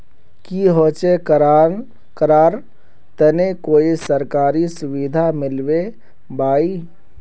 की होचे करार तने कोई सरकारी सुविधा मिलबे बाई?